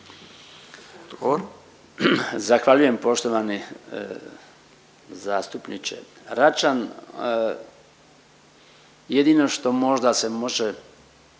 Zahvaljujem poštovani zastupniče Račan. Jedino što možda se može,